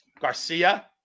Garcia